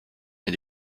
est